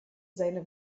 seine